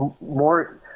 more